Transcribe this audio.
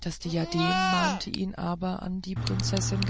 das diadem mahnte ihn aber an die prinzessin